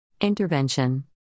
Intervention